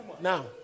Now